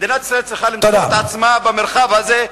מדינת ישראל צריכה למצוא את עצמה במרחב הזה,